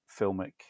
Filmic